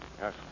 Yes